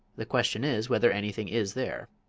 the question is whether anything is there.